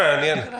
אז אנחנו,